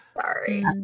Sorry